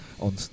on